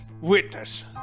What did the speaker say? witness